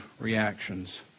reactions